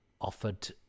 offered